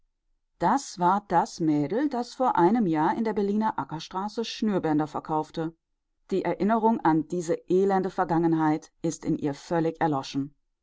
das war das mädel das vor einem jahr in der berliner ackerstraße schnürbänder verkaufte die erinnerung an diese elende vergangenheit ist in ihr völlig erloschen